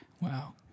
Wow